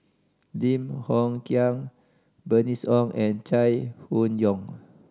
Lim Hng Kiang Bernice Ong and Chai Hon Yoong